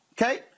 Okay